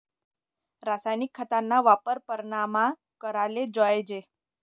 रासायनिक खतस्ना वापर परमानमा कराले जोयजे